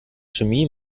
chemie